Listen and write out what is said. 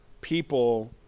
people